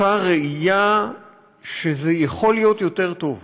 אותה ראייה שזה יכול להיות יותר טוב,